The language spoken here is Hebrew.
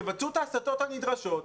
תבצעו את ההסטות הנדרשות.